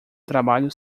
trabalho